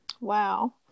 Wow